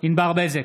ענבר בזק,